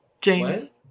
James